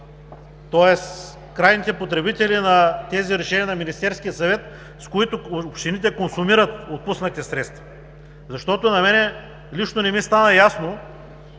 тоест, крайните потребители на тези решения на Министерския съвет, с които общините консумират отпуснати средства. Защото на мен лично не ми стана ясно